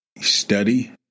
Study